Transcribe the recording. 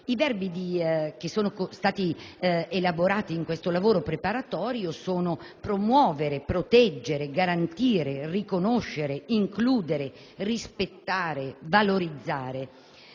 I verbi elaborati in questo lavoro preparatorio sono: promuovere, proteggere, garantire, riconoscere, includere, rispettare, valorizzare.